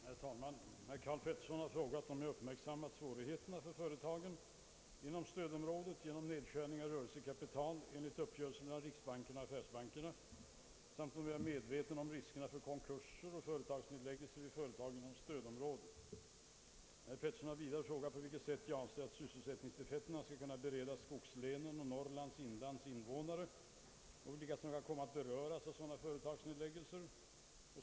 Herr talman! Herr Karl Pettersson har frågat mig om jag uppmärksammat svårigheterna för företagen inom stödområdet genom nedskärning av rörelsekapital enligt uppgörelsen mellan riksbanken och affärsbankerna samt om jag är medveten om riskerna för konkurser och företagsnedläggelser vid företag inom stödområdet. Herr Pettersson har vidare frågat på vilket sätt jag avser att sysselsättningstillfällen skall kunna beredas skogslänens och Norrlands inlands invånare och vilka som kan komma att beröras av sådana företagsnedläggelser.